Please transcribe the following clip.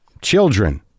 children